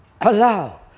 allow